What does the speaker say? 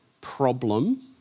problem